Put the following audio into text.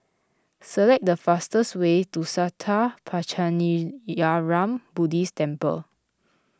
select the fastest way to Sattha Puchaniyaram Buddhist Temple